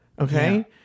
Okay